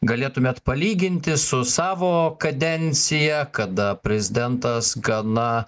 galėtumėt palyginti su savo kadencija kada prezidentas gana